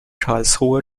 karlsruhe